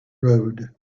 road